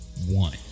one